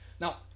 Now